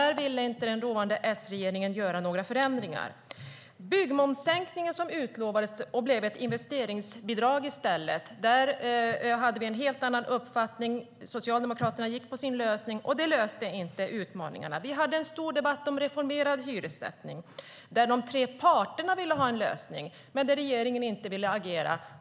Där ville inte den dåvarande S-regeringen göra några förändringar. När det gäller den byggmomssänkning som utlovades och som i stället blev ett investeringsbidrag hade vi en helt annan uppfattning. Socialdemokraterna gick på sin lösning, men det löste inte utmaningarna. Vi hade en stor debatt om reformerad hyressättning där de tre parterna ville ha en lösning men där regeringen inte ville agera.